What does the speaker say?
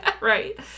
Right